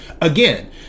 Again